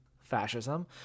fascism